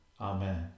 Amen